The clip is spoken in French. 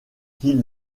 qui